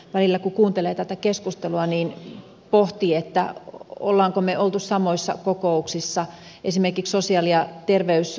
välillä kun kuuntelee tätä keskustelua pohtii olemmeko me olleet samoissa kokouksissa esimerkiksi sosiaali ja terveysvaliokunnassa